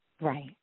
Right